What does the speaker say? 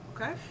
Okay